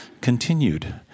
continued